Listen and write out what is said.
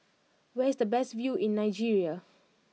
where is the best view in Nigeria